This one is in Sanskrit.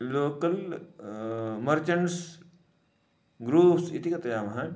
लोकल् मर्चण्ट्स् ग्रूप्स् इति कथयामः